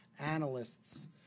analysts